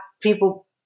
people